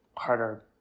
harder